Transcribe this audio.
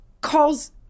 calls